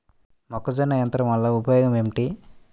మొక్కజొన్న యంత్రం వలన ఉపయోగము ఏంటి?